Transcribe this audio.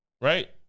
Right